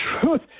truth